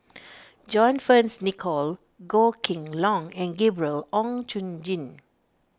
John Fearns Nicoll Goh Kheng Long and Gabriel Oon Chong Jin